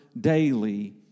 daily